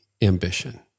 ambition